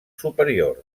superiors